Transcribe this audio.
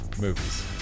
movies